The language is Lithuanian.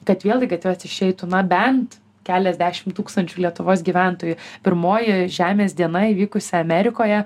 kad vėl į gatves išeitų na bent keliasdešimt tūkstančių lietuvos gyventojų pirmoji žemės diena įvykusi amerikoje